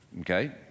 Okay